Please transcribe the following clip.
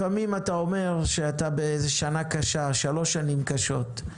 לפעמים אתה אומר שיש שנה קשה, שלוש שנים קשות.